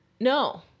No